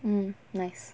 mm nice